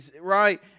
right